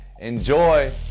enjoy